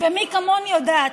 ומי כמוני יודעת,